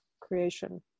creation